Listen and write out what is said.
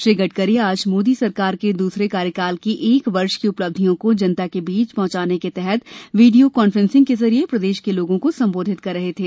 श्री गडकरी आज मोदी सरकार के दूसरे कार्यकाल की एक वर्ष की उपलब्धियों को जनता के बीच पहुंचाने के तहत वीडियों कॉन्फ्रेसिंग के जरिए प्रदेश के लोगों को संबोधित कर रहे थे